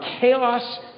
chaos